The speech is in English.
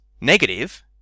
negative